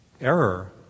error